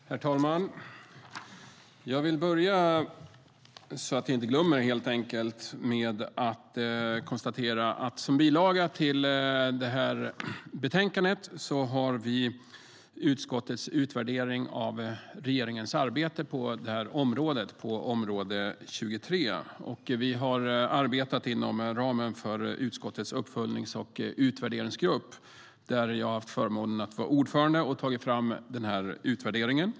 Herr talman! Helt enkelt för att jag inte ska glömma bort det vill jag börja med att konstatera att vi som bilaga till betänkandet har utskottets utvärdering av regeringens arbete på det här området - område 23. Vi har arbetat inom ramen för utskottets uppföljnings och utvärderingsgrupp, där jag har haft förmånen att vara ordförande, och tagit fram utvärderingen.